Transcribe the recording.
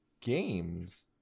games